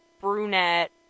brunette